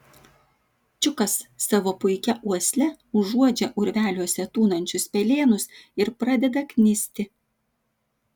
čiukas savo puikia uosle užuodžia urveliuose tūnančius pelėnus ir pradeda knisti